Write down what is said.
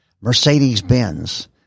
Mercedes-Benz